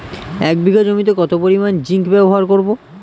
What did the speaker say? এক বিঘা জমিতে কত পরিমান জিংক ব্যবহার করব?